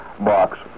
Box